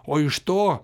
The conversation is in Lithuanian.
o iš to